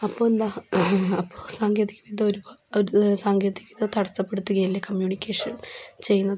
അപ്പോൾ എന്താ അപ്പോൾ സാങ്കേതിക വിദ്യ സാങ്കേതിക വിദ്യ തടസ്സപ്പെടുത്തുകയല്ലേ കമ്മ്യൂണിക്കേഷൻ ചെയ്യുന്നത്